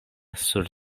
sur